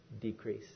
decrease